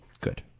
Good